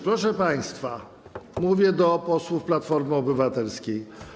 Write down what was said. Proszę państwa, mówię do posłów Platformy Obywatelskiej.